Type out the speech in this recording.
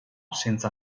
senza